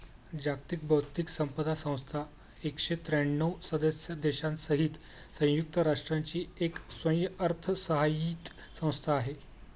जागतिक बौद्धिक संपदा संस्था एकशे त्र्यांणव सदस्य देशांसहित संयुक्त राष्ट्रांची एक स्वयंअर्थसहाय्यित संस्था आहे